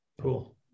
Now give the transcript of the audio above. Cool